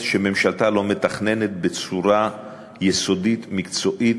שממשלתה לא מתכננת בצורה יסודית, מקצועית,